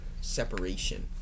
separation